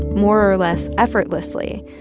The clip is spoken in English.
more or less effortlessly,